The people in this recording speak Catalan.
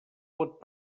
pot